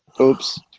Oops